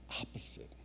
opposite